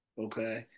Okay